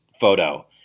photo